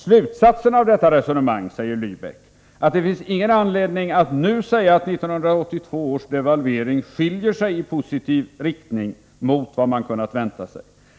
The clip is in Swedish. Slutsatsen av detta resonemang är att det finns ingen anledning ännu att säga att 1982 års devalvering skiljer sig -——- i positiv riktning från vad man kunnat vänta sig.